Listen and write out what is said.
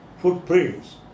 footprints